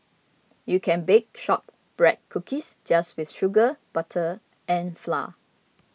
you can bake Shortbread Cookies just with sugar butter and flour